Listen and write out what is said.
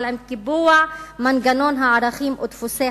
אבל עם קיבוע מנגנון הערכים ודפוסי